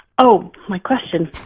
oh, my question,